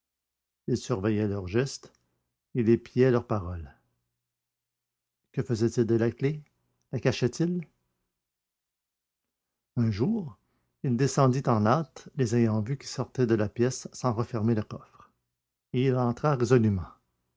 il surveillait leurs gestes il épiait leurs paroles que faisaient-ils de la clef la cachaient ils un jour il descendit en hâte les ayant vus qui sortaient de la pièce sans refermer le coffre et il entra